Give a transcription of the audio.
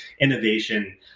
innovation